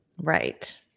Right